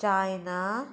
China